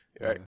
right